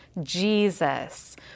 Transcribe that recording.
Jesus